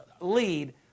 lead